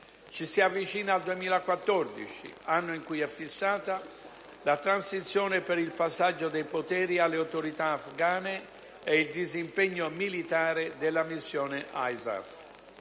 Ci si avvicina al 2014, anno in cui è fissata la transizione per il passaggio dei poteri alle autorità afghane e il disimpegno militare della missione ISAF.